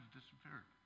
disappeared